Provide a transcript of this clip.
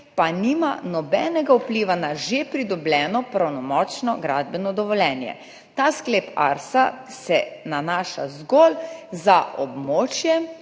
pa nima nobenega vpliva na že pridobljeno pravnomočno gradbeno dovoljenje. Ta sklep ARSA se nanaša zgolj na območje